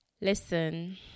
Listen